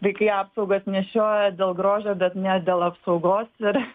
vaikai apsaugas nešioja dėl grožio bet ne dėl apsaugos ir